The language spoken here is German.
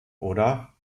oder